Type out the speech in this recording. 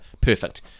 perfect